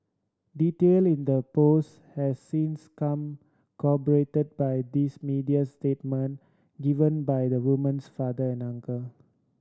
detail in that post has since corroborated by these media statement given by the woman's father and uncle